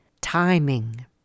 timing